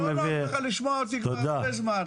לא נוח לך לשמוע אותי כבר הרבה זמן.